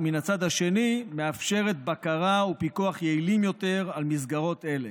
ומן הצד השני מאפשרת בקרה ופיקוח יעילים יותר על מסגרות אלה.